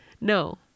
No